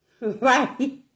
Right